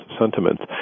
sentiments